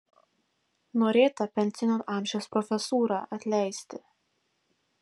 norėta pensinio amžiaus profesūrą atleisti